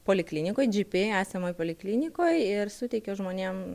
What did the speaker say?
poliklinikoj gp esamoj poliklinikoj ir suteikiu žmonėm